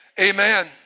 Amen